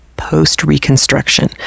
post-Reconstruction